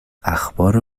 اخبار